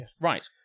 Right